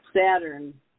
Saturn